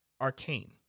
arcane